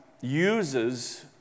uses